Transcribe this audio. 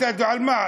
על מה?